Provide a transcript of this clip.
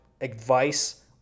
advice